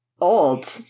old